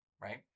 right